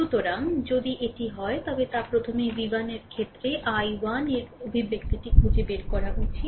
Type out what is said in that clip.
সুতরাং যদি এটি হয় তবে তা প্রথমে v1 এর ক্ষেত্রে i1 এর অভিব্যক্তিটি খুঁজে বের করা উচিত